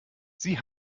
sie